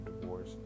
divorce